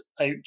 out